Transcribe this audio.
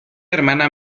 hermana